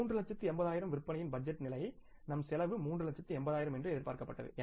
3 லச்சத்து 80 ஆயிரம் விற்பனையின் பட்ஜெட் நிலை நம் செலவு 3 லச்சத்து 80 ஆயிரம் என்று எதிர்பார்க்கப்பட்டது